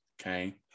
okay